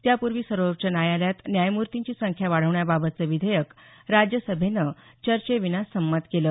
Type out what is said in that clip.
त्यापूर्वी सर्वोच्च न्यायालयात न्यायमूर्तींची संख्या वाढवण्याबाबतचं विधेयक राज्यसभेनं चर्चेविना संमत केलं